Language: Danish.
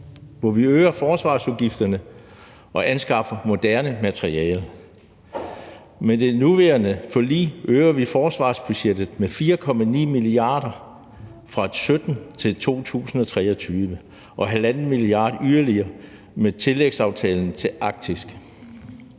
hvor vi øger forsvarsudgifterne og anskaffer moderne materiale. Med det nuværende forlig øger vi forsvarsbudgettet med 4,9 mia. kr. fra 2017-2023 og med 1,5 mia. kr. yderligere med tillægsaftalen om Arktis.